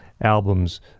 albums